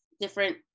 different